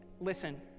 listen